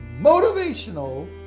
motivational